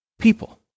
people